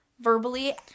verbally